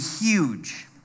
huge